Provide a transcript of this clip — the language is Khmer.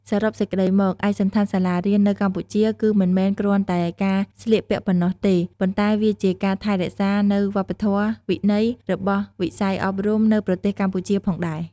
សរុបសេចក្តីមក ឯកសណ្ឋានសាលារៀននៅកម្ពុជាគឺមិនមែនគ្រាន់តែការស្លៀកពាក់ប៉ុណ្ណោះទេ ប៉ុន្តែវាជាការថែរក្សានៅវប្បធម៌វិន័យរបស់វិស័យអប់រំនៅប្រទេសកម្ពុជាផងដែរ។